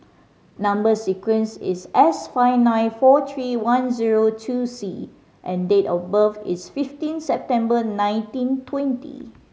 number sequence is S five nine four three one zero two C and date of birth is fifteen September nineteen twenty